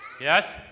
yes